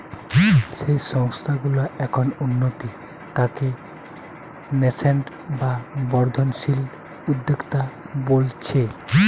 যেই সংস্থা গুলা এখন উঠতি তাকে ন্যাসেন্ট বা বর্ধনশীল উদ্যোক্তা বোলছে